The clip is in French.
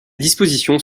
dispositions